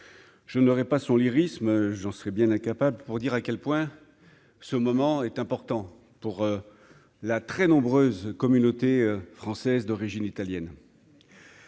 ne l'aurais pas son lyrisme, j'en serais bien incapable, pour dire à quel point ce moment est important pour la très nombreuse communauté française d'origine italienne.